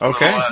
Okay